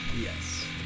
Yes